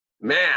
man